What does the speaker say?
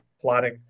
plotting